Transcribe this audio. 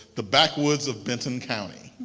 the backwoods of bentham county,